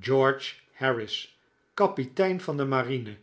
george harris kapitein van de marine